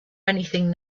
anything